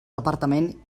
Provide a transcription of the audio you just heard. departament